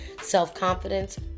Self-confidence